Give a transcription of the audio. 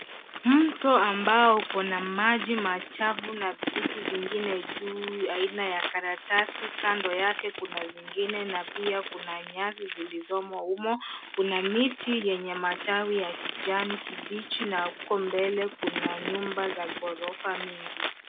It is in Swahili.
Mto ambao huko na maji machafu na vitu zingine juu aina ya karatasi. Kando yake kuna zingine na pia, kuna nyasi zilizomo humo, kuna miti yenye matawi ya kijani kibichi. Na huko mbele kuna nyumba za ghorofa mingi.